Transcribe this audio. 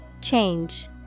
Change